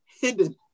hidden